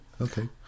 Okay